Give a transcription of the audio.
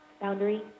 Boundary